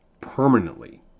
permanently